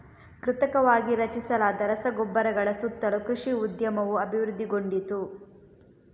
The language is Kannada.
ಕೃತಕವಾಗಿ ರಚಿಸಲಾದ ರಸಗೊಬ್ಬರಗಳ ಸುತ್ತಲೂ ಕೃಷಿ ಉದ್ಯಮವು ಅಭಿವೃದ್ಧಿಗೊಂಡಿತು